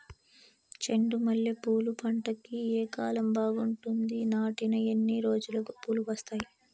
చెండు మల్లె పూలు పంట కి ఏ కాలం బాగుంటుంది నాటిన ఎన్ని రోజులకు పూలు వస్తాయి